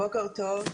בוקר טוב.